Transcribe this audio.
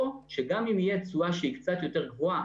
או שגם אם יהיה תשואה שהיא קצת יותר גבוהה,